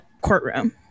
courtroom